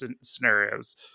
scenarios